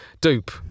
Dupe